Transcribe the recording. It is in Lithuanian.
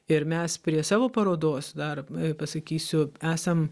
ir mes prie savo parodos dar pasakysiu esam